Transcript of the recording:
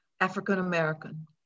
African-American